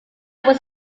was